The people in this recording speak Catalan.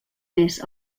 més